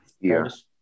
Yes